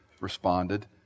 responded